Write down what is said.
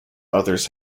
others